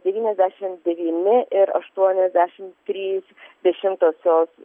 devyniasdešim devyni ir aštuoniasdešim trys dešimtosios